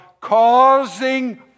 causing